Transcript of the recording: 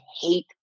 hate